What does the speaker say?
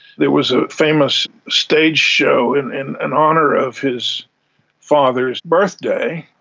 there was a famous stage show in in and honour of his father's birthday.